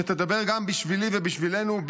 שתדבר גם בשבילי ובשבילנו,